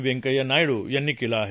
व्यंकय्या नायडू यांनी केलं आहे